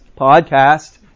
podcast